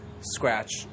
scratch